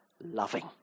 loving